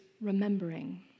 remembering